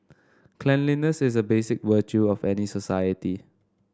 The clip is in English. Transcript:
cleanliness is a basic virtue of any society